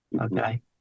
okay